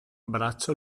braccia